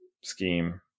scheme